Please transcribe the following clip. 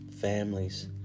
families